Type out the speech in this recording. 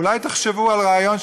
אולי תחשבו על רעיון,